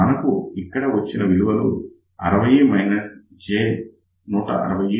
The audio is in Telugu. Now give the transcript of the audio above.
ఇక్కడ మనకు వచ్చిన విలువలు 60 - j160 Ω